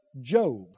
Job